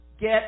Get